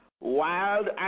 wild